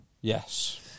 yes